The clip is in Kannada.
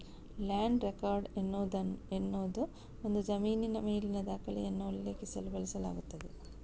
ಲ್ಯಾಂಡ್ ರೆಕಾರ್ಡ್ ಎನ್ನುವುದು ಒಂದು ಜಮೀನಿನ ಮೇಲಿನ ದಾಖಲೆಗಳನ್ನು ಉಲ್ಲೇಖಿಸಲು ಬಳಸಲಾಗುತ್ತದೆ